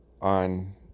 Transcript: on